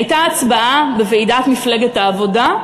הייתה הצבעה בוועידת מפלגת העבודה,